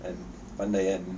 and pandai kan